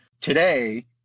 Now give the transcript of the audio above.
today